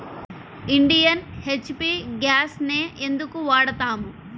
Indian, HP గ్యాస్లనే ఎందుకు వాడతాము?